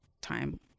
time